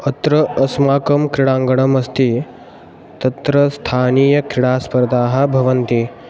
अत्र अस्माकं क्रीडाङ्गणमस्ति तत्र स्थानीयक्रिडास्पर्धाः भवन्ति